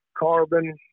Carbon